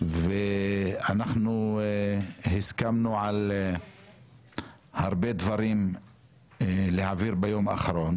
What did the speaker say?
אנחנו הסכמנו על הרבה דברים להעביר ביום האחרון